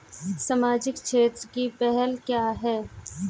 सामाजिक क्षेत्र की पहल क्या हैं?